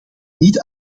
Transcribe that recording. niet